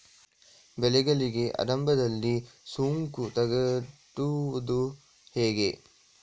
ಬೆಳೆಗಳಿಗೆ ಆರಂಭದಲ್ಲಿ ಸೋಂಕು ತಡೆಗಟ್ಟುವುದು ಹೇಗೆ?